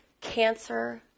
Cancer